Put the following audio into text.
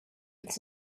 it’s